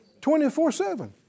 24-7